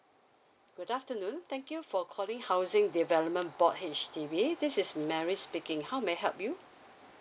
good afternoon thank you for calling housing development board H_D_B this is mary speaking how may I help you